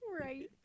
right